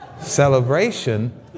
Celebration